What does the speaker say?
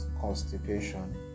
constipation